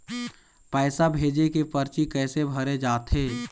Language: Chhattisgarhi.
पैसा भेजे के परची कैसे भरे जाथे?